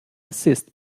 assist